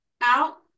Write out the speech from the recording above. out